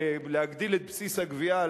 להגדיל את בסיס הגבייה,